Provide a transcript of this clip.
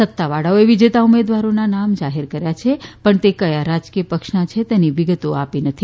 સત્તાવાળોએ વિજેતા ઉમેદવારોના નામ જાહેર કર્યા છે પણ તે કયા રાજકીય પક્ષના છે તેની વિગતો આપી નથી